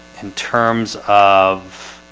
in terms of